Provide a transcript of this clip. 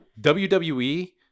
WWE